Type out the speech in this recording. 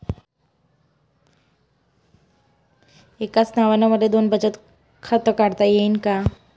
एकाच नावानं मले दोन बचत खातं काढता येईन का?